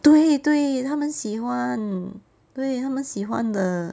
对对他们喜欢对他们喜欢的